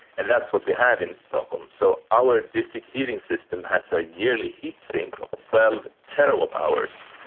and that's what we have in stockholm. so our district heating system has a yearly heat sink of twelve terawatt hours,